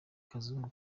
kazungu